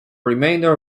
remainder